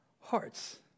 hearts